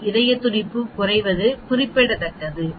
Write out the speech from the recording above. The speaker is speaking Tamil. இதய துடிப்பு குறைவது குறிப்பிடத்தக்கதா